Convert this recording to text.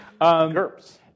GURPS